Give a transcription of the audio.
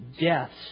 deaths